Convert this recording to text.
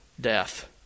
death